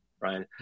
Right